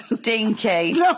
dinky